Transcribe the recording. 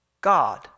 God